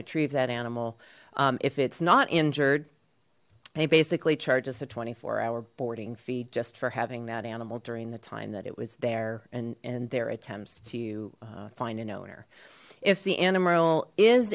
retrieve that animal if it's not injured they basically charge us a twenty four hour boarding feed just for having that animal during the time that it was there and and their attempts to find an owner if the animal is